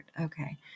Okay